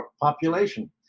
population